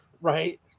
Right